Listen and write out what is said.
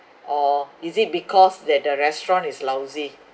or is it because that the restaurant is lousy